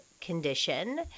condition